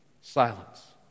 Silence